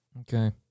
Okay